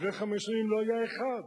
לפני חמש שנים לא היה אחד,